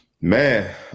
Man